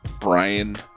Brian